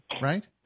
right